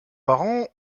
parents